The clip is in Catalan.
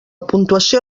puntuació